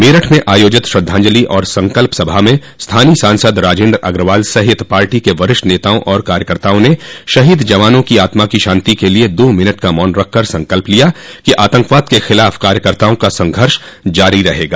मेरठ में आयोजित श्रद्धांजलि और सकल्प सभा में स्थानीय सांसद राजेन्द्र अग्रवाल सहित पार्टी के वरिष्ठ नेताओं और कार्यकर्ताओं ने शहीद जवानों की आत्मा की शांति के लिये दो मिनट का मौन रखकर संकल्प लिया कि आतंकवाद के खिलाफ कार्यकर्ताओं का संघर्ष जारी रहेगा